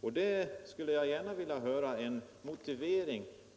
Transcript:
Jag skulle gärna vilja höra en motivering.